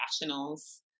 professionals